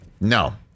No